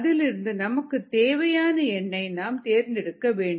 அதிலிருந்து நமக்கு தேவையான எண்ணை நாம் தேர்ந்தெடுக்க வேண்டும்